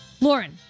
Lauren